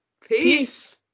peace